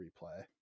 replay